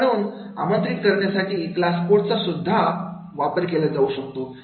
तर म्हणून आमंत्रित करण्यासाठी क्लास कोड सुद्धा दिला जाऊ शकतो